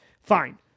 fine